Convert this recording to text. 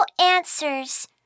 answers